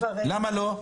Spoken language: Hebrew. למה לא?